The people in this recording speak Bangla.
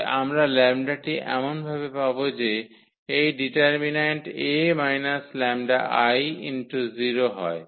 তবে আমরা 𝜆 টি এমনভাবে পাব যে এই ডিটারমিন্যান্ট 𝐴 𝜆𝐼 0 হয়